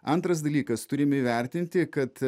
antras dalykas turim įvertinti kad